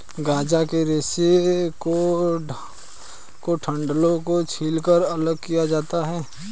गांजा के रेशे को डंठलों से छीलकर अलग किया जाता है